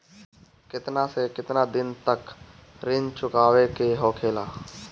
केतना से केतना दिन तक ऋण चुकावे के होखेला?